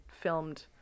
filmed